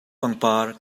pangpar